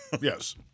yes